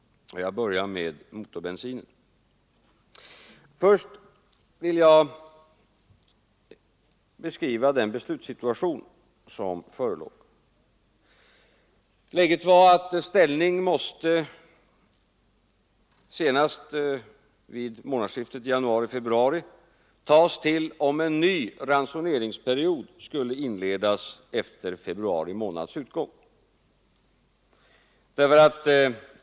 Jag börjar med motorbensinen. Först vill jag beskriva den beslutssituation som förelåg. Läget var att senast vid månadsskiftet januari-februari måste ställning tas till om en ny ransoneringsperiod skulle inledas efter februari månads utgång.